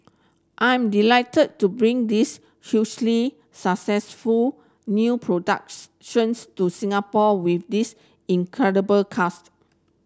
I am delighted to bring this hugely successful new productions to Singapore with this incredible cast